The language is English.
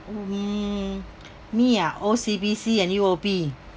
mm me ah O_C_B_C and U_O_B